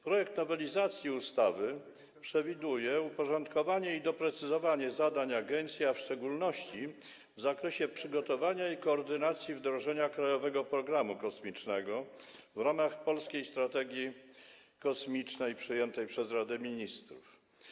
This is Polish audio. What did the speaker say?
Projekt nowelizacji ustawy przewiduje: Po pierwsze, uporządkowanie i doprecyzowanie zadań agencji, w szczególności w zakresie przygotowania i koordynacji wdrażania Krajowego Programu Kosmicznego w ramach Polskiej Strategii Kosmicznej przyjętej przez Radę Ministrów.